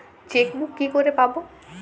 Chequebook কি করে পাবো?